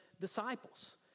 disciples